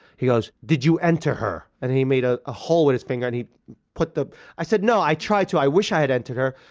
he goes, did you enter her? and then he made a ah hole with his finger and he put the i said no, i tried to, i wish i had entered her.